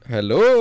Hello